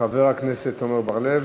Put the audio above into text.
חבר הכנסת עמר בר-לב,